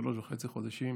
שלושה וחצי חודשים,